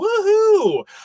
woohoo